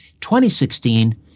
2016